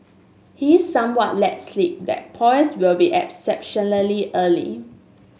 he somewhat let slip that polls will be exceptionally early